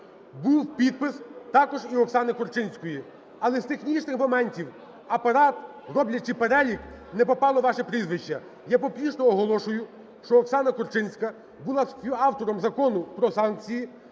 був підпис також і Оксани Корчинської. Але з технічних моментів Апарат, роблячи перелік, не попало ваше прізвище. Я публічно оголошую, що Оксана Корчинська була співавтором Закону про санкції